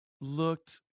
looked